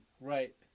Right